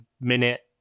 minute